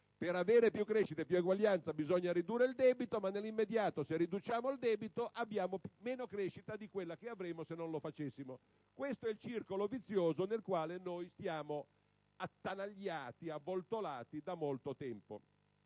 per avere più crescita e più eguaglianza bisogna ridurre il debito, ma nell'immediato se si riduce il debito vi è una crescita minore di quella che avremmo se non lo facessimo. Questo è il circolo vizioso nel quale stiamo avvoltolati da molto tempo.